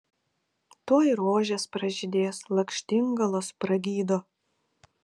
tuoj rožės pražydės lakštingalos pragydo